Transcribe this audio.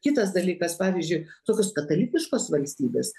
kitas dalykas pavyzdžiui tokios katalikiškos valstybės